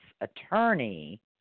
attorney